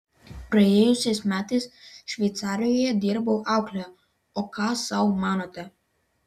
praėjusiais metais šveicarijoje dirbau aukle o ką sau manote